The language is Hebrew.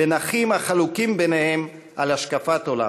בין אחים החלוקים ביניהם על השקפת עולם.